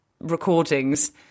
recordings